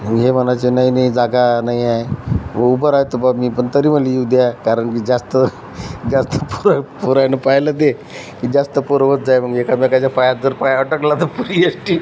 आणि हे म्हणायचे नाही नाही जागा नाही आहे व उभं राहतो बा मी पण तरी म्हणलं येऊ द्या कारण मी जास्त जास्त पोरं पोरानं पाहिलं ते की जास्त पोरं होत जाय मग एकामेकाच्या पायात जर पाय अडकला तर पुरी येश्टी